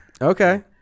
Okay